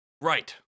Right